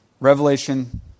Revelation